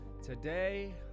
Today